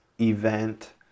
event